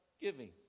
giving